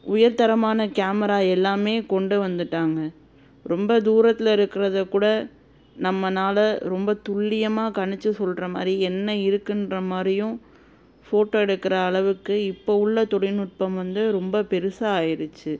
உயர்தரமான கேமரா எல்லாமே கொண்டு வந்துவிட்டாங்க ரொம்ப தூரத்தில் இருக்கிறதக்கூட நம்மளால ரொம்ப துல்லியமாக கணித்து சொல்கிற மாதிரி என்ன இருக்குதுன்ற மாதிரியும் ஃபோட்டோ எடுக்கிற அளவுக்கு இப்போ உள்ள தொழில்நுட்பம் வந்து ரொம்ப பெருசாக ஆயிடுச்சி